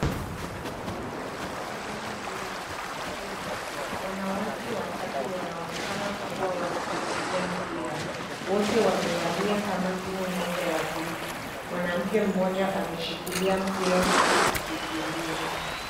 Katika sehemu hii ya kucheza, wanawake watatu wanaonekana kuwa wanakimbilia mpira . Wote wamevalia kama timu moja ya buluu. Mwanamke mmoja ameshikilia mpira huku akikimbia.